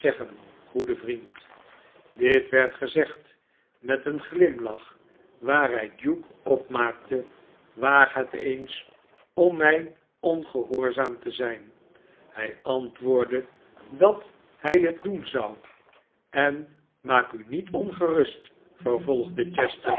goede vriend dit werd gezegd met een glimlach waaruit hugh opmaakte waag het eens om mij ongehoorzaam te zijn hij antwoordde dat hij het doen zou en maak u niet ongerust vervolgde chester